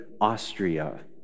Austria